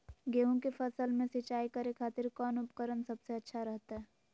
गेहूं के फसल में सिंचाई करे खातिर कौन उपकरण सबसे अच्छा रहतय?